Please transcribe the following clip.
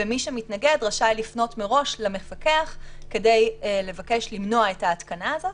ומי שמתנגד רשאי לפנות מראש למפקח כדי לבקש למנוע את ההתקנה הזאת.